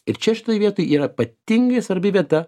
ir čia šitoj vietoj yra ypatingai svarbi vieta